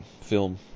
film